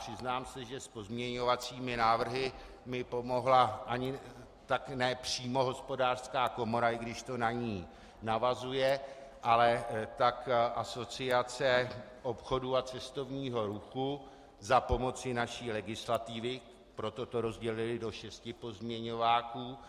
Přiznám se, že s pozměňovacími návrhy mi pomohla ani ne tak přímo Hospodářská komora, i když to na ni navazuje, ale Asociace obchodu a cestovního ruchu za pomoci naší legislativy, a proto to rozdělili do šesti pozměňováků.